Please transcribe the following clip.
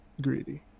greedy